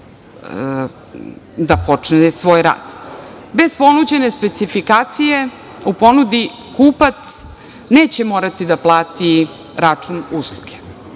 da počne svoj rad. Bez ponuđene specifikacije u ponudi kupac neće morati da plati račun usluge.